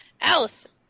Allison